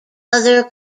other